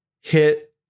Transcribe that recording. hit